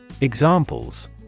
Examples